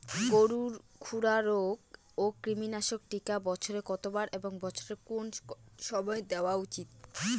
গরুর খুরা রোগ ও কৃমিনাশক টিকা বছরে কতবার এবং বছরের কোন কোন সময় দেওয়া উচিৎ?